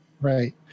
Right